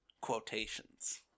quotations